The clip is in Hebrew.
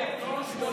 של החמור.